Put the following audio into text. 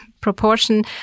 proportion